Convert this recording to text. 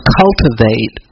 cultivate